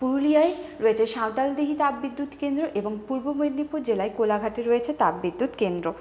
পুরুলিয়ায় রয়েছে সাঁওতালদিহি তাপবিদ্যুৎ কেন্দ্র এবং পূর্ব মেদিনীপুর জেলায় কোলাঘাটে রয়েছে তাপবিদ্যুৎ কেন্দ্র